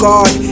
God